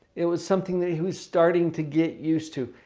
it was something that he was starting to get used to.